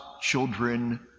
children